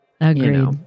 Agreed